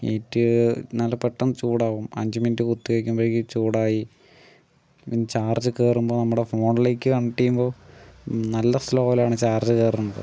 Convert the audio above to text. heat നല്ല പെട്ടന്ന് ചൂടാകും അഞ്ച് മിനിറ്റ് കുത്തി വക്കുമ്പഴേക്കും ചൂടായി ഇതിനു ചാർജ് കേറുമ്പോ നമ്മുടെ ഫോണിലേക്ക് കണക്ട് ചെയ്യുമ്പോൾ നല്ല സ്ലോലാണ് ചാർജ് കയറണത്